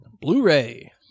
Blu-ray